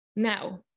Now